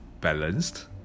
balanced